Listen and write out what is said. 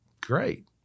great